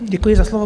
Děkuji za slovo.